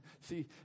see